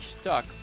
stuck